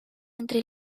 entre